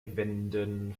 wenden